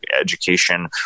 education